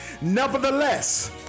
Nevertheless